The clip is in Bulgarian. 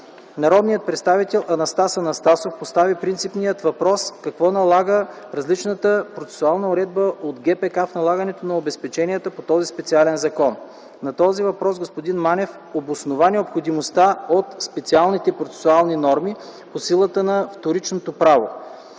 Народният представител Анастас Анастасов постави принципния въпрос какво налага различната процесуална уредба от ГПК в налагането на обезпеченията по този специален закон. На този въпрос господин Манев обоснова необходимостта от специалните процесуални норми по силата на вторичното право.